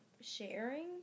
sharing